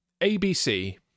ABC